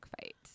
fight